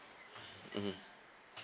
mmhmm